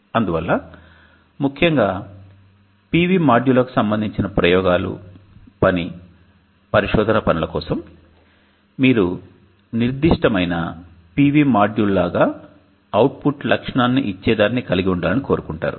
అందువల్ల ముఖ్యంగా PV మాడ్యూళ్ళకు సంబంధించిన ప్రయోగాలు పని పరిశోధన పనుల కోసం మీరు నిర్దిష్టమైన PV మాడ్యూల్ లాగా అవుట్పుట్ లక్షణాన్ని ఇచ్చేదాన్ని కలిగి ఉండాలని కోరుకుంటారు